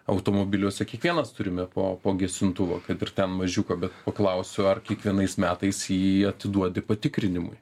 automobiliuose kiekvienas turime po po gesintuvą kad ir ten mažiuką bet paklausiu ar kiekvienais metais jį atiduodi patikrinimui